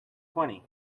twenty